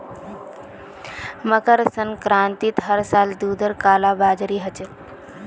मकर संक्रांतित हर साल दूधेर कालाबाजारी ह छेक